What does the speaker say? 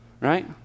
right